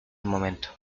momento